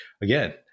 again